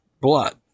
blood